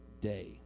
day